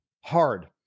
hard